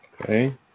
okay